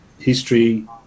history